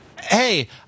Hey